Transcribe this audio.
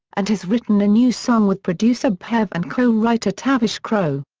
and has written a new song with producer bharv and co-writer tavish crowe.